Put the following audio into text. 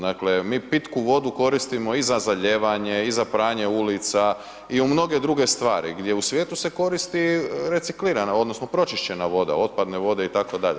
Dakle mi pitku vodu koristimo i za zalijevanje i za pranje ulica i u mnoge druge stvari gdje u svijetu se koristi reciklirana odnosno pročišćena voda, otpadne vode itd.